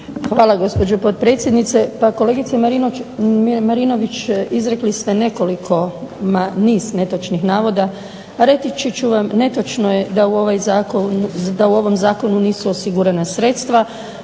Hvala gospođo potpredsjednice. Pa kolegice Marinović izrekli ste nekoliko, niz netočnih navoda, a reći ću vam netočno je da u ovom zakonu nisu osigurana sredstva